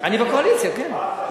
אני בקואליציה, כן.